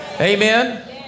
Amen